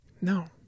No